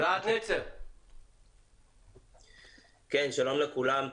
שלום לכולם.